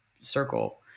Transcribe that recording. circle